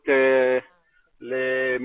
להזכירכם,